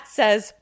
says